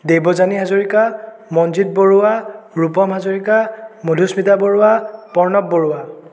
Devjani Hazarika Manjit Baruah Rupam Hazarika Madhusmita Baruah Pranab Barua